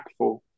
impactful